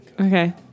Okay